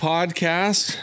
Podcast